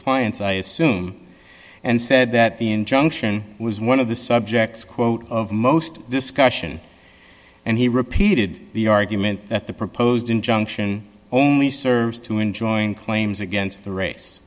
clients i assume and said that the injunction was one of the subjects quote of most discussion and he repeated the argument that the proposed injunction only serves to enjoying claims against the race